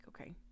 okay